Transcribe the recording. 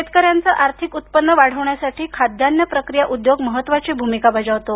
शेतकऱ्यांचे आर्थिक उत्पन्न वाढवण्यासाठी खाद्यान्न प्रक्रिया उद्योग महत्त्वाची भूमिका बजावतो